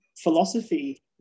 philosophy